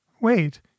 Wait